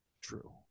true